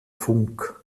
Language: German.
funk